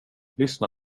lyssna